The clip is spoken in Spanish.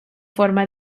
forma